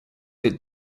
did